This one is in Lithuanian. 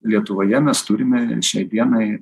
lietuvoje mes turime šiai dienai